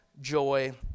joy